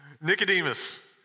Nicodemus